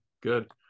good